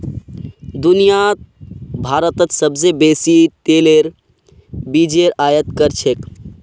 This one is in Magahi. दुनियात भारतत सोबसे बेसी तेलेर बीजेर आयत कर छेक